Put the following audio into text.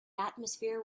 atmosphere